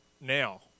now